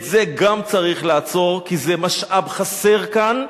גם את זה צריך לעצור, כי זה משאב חסר כאן,